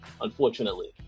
unfortunately